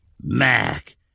Mac